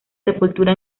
sepultura